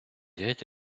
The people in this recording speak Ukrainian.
геть